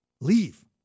leave